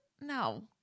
No